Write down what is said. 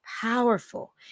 powerful